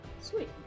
Sweet